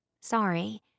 Sorry